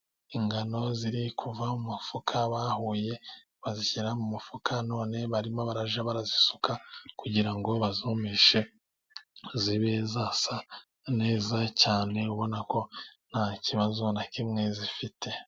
Ingano ziri kuva mu mufuka bahuye, bazishyira mu mufuka none barimo barazisuka kugira ngo bazumishe zibe zasa neza cyane, ubona ko nta kibazo na kimwe zifite.